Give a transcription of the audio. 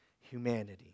humanity